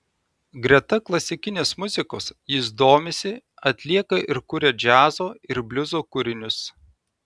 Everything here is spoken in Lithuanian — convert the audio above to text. greta klasikinės muzikos jis domisi atlieka ir kuria džiazo ir bliuzo kūrinius